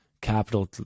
capital